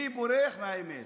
מי בורח מהאמת?